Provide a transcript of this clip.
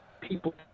people